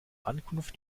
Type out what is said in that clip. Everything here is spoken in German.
ankunft